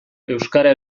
euskara